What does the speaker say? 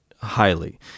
highly